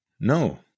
No